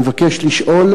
אני מבקש לשאול: